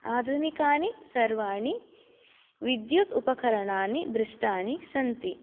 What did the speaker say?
आधुनिकानि सर्वाणि विद्युत् उपकरणानि दृष्टानि सन्ति